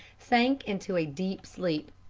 sank into a deep sleep.